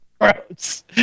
Gross